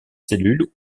cellules